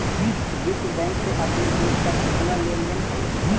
विश्व बैंक से अपने देश का केतना लें देन हई